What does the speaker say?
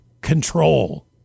control